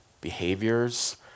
behaviors